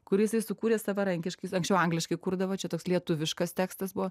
kurį jisai sukūrė savarankiškai anksčiau angliškai kurdavo čia toks lietuviškas tekstas buvo